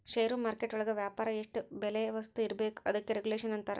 ಷೇರು market ಒಳಗ ವ್ಯಾಪಾರ ಎಷ್ಟ್ ಬೆಲೆ ವಸ್ತು ಇರ್ಬೇಕು ಅದಕ್ಕೆ ರೆಗುಲೇಷನ್ ಅಂತರ